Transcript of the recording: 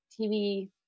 TV